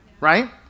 right